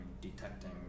detecting